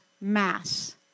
mass